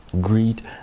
greed